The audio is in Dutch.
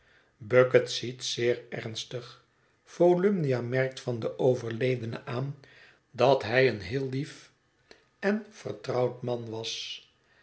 bucket ziet zeer ernstig volumnia merkt van den overledene aan dat hij een heel lief en vertrouwd man was